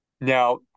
Now